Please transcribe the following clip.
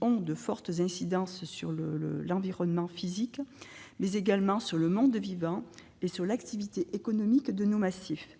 ont de fortes incidences sur l'environnement physique, mais également sur le monde vivant et sur l'activité économique dans nos massifs.